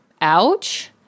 ouch